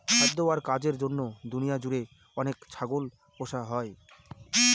খাদ্য আর কাজের জন্য দুনিয়া জুড়ে অনেক ছাগল পোষা হয়